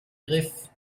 griff